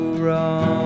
wrong